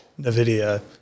NVIDIA